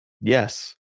Yes